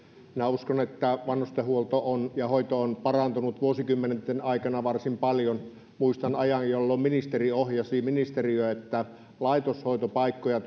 minä uskon että vanhustenhuolto ja hoito ovat parantuneet vuosikymmenten aikana varsin paljon muistan ajan jolloin ministeri ohjasi ministeriötä että laitoshoitopaikkoja